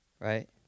Right